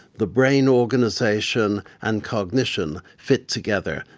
the brain organisation and cognition fit together,